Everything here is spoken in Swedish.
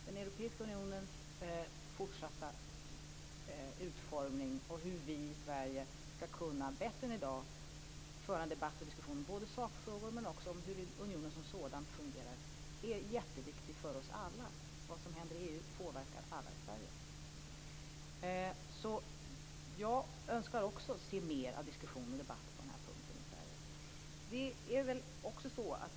Den europeiska unionens fortsatta utformning och hur vi i Sverige bättre än i dag ska kunna föra debatt om sakfrågor och om hur unionen som sådan fungerar är jätteviktigt för oss alla. Vad som händer i EU påverkar alla i Sverige. Jag önskar också se mer av diskussion och debatt på den här punkten i Sverige.